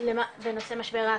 בנושא משבר האקלים,